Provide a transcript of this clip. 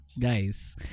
guys